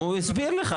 הוא הסביר לך,